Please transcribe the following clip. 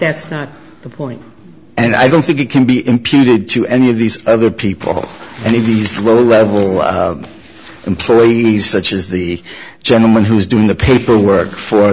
that's not the point and i don't think it can be imputed to any of these other people and in these level employees such as the gentleman who was doing the paperwork for